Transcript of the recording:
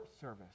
service